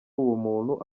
ubumuntu